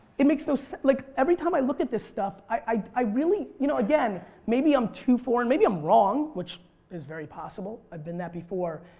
it makes no sense. so like every time i look at this stuff i really, you know again maybe i'm too foreign, maybe i'm wrong which is very possible. i've been that before.